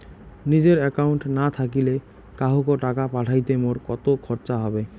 নিজের একাউন্ট না থাকিলে কাহকো টাকা পাঠাইতে মোর কতো খরচা হবে?